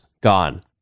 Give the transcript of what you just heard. gone